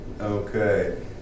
Okay